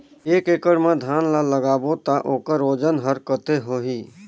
एक एकड़ मा धान ला लगाबो ता ओकर वजन हर कते होही?